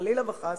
חלילה וחס,